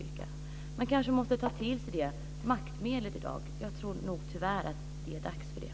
Man kanske måste ta till detta maktmedel i dag. Jag tror tyvärr att det är dags för det.